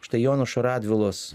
štai jonušo radvilos